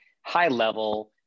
high-level